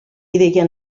ideia